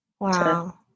Wow